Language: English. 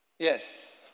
Yes